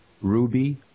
Ruby